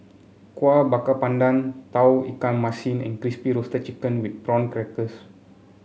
Kueh Bakar Pandan Tauge Ikan Masin and Crispy Roasted Chicken with Prawn Crackers